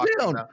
down